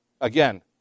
Again